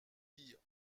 dire